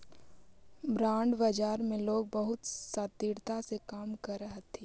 bond बाजार में लोग बहुत शातिरता से काम करऽ हथी